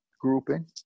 grouping